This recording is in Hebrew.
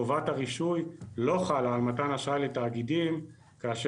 חובת הרישוי לא חלה על מתן אשראי לתאגידים כאשר